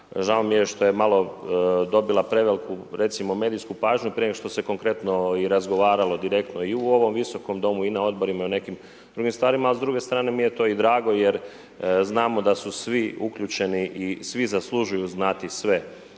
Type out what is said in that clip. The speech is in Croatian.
Žao mi je što je malo dobila preveliku recimo medijsku pažnju, prije nego što se konkretno razgovaralo direktno i u ovom Viskom domu i na odborima i na nekim drugim stvarima. A s druge strane mi je to i drago jer znamo da su svi uključeni i svi zaslužuju znati sve